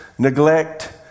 neglect